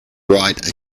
write